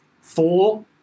four